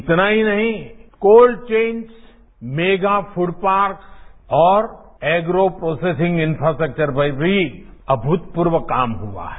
इतना ही नहीं cold chains mega food parks और एग्रो प्रोसेसिंग इन्फ्रास्ट्रक्चर पर भी अभूतपूर्व काम हुआ है